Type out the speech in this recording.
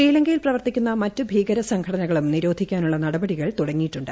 ശ്രീലങ്കയിൽ പ്രവർത്തിക്കുന്ന മറ്റു ഭീക്ടർ സംഘടനകളും നിരോധിക്കാനുള്ള നടപടികൾ തുടങ്ങിയിട്ടൂണ്ട്